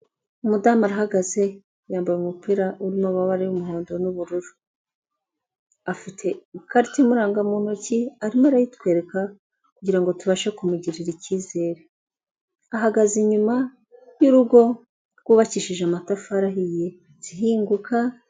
Umudamu arahagaze, yambaye umupira urimo amababara y'umuhondo n'ubururu, afite ikarita imuranga mu ntoki arimo arayitwereka kugira ngo tubashe kumugirira icyizere, ahagaze inyuma y'urugo rwubakishije amatafari ahiye inzu ihinguka.